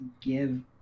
give